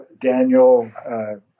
Daniel